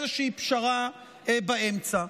איזושהי פשרה באמצע.